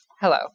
Hello